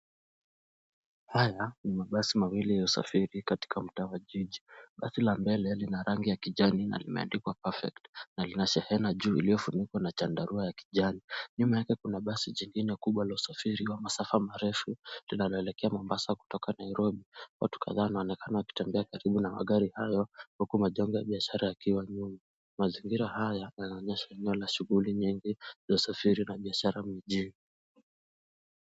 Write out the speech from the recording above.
Haya, ni mabasi mawili ya usafiri, katika mtaa wa jiji. Basi la mbele, lina rangi ya kijani na limeandikwa Perfect , na lina shehena juu iliyofunikwa na chandarua ya kijani. Nyuma yake kuna basi jingine kubwa la usafiri wa masafa marefu, inayoelekea Mombasa kutoka Nairobi. Watu kadhaa wanaonekana wakitembea karibu na magari hayo, huku majengo ya biashara yakiwa nyuma. Mazingira haya, yanaonyesha eneo la shughuli nyingi, na usafiri na biashara mjini.